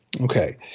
Okay